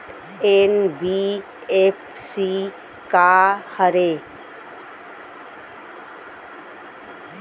NBFC का हरे?